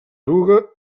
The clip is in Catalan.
eruga